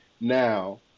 Now